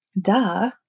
duh